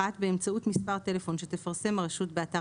באמצעות מספר טלפון שתפרסם הרשות באתר